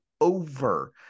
over